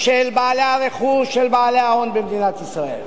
של בעלי הרכוש, של בעלי ההון במדינת ישראל.